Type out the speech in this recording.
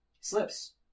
slips